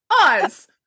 Oz